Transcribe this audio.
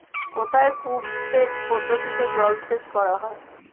কোথায় কূপ সেচ পদ্ধতিতে জলসেচ করা হয়?